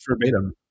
verbatim